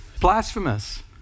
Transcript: Blasphemous